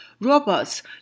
robots